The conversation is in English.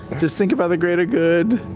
just think about the greater good.